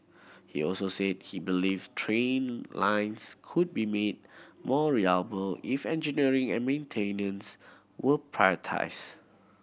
he also said he believed train lines could be made more reliable if engineering and maintenance were prioritised